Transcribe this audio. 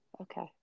Okay